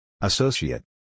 Associate